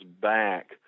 back